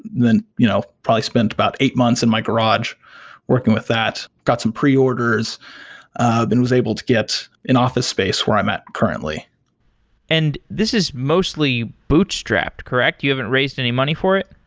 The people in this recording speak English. then you know probably spent about eight months in my garage working with that. got some preorders and was able to get an office space where i'm at currently and this is mostly bootstrapped, correct? you haven't raised any money for it?